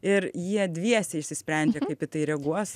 ir jie dviese išsisprendė kaip į tai reaguos